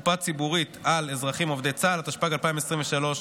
התשפ"ד 2024,